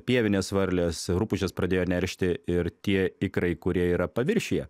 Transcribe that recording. pievinės varlės rupūžės pradėjo neršti ir tie ikrai kurie yra paviršiuje